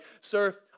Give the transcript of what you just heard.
sir